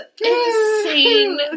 insane